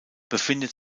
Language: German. befindet